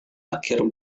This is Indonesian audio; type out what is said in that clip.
akhir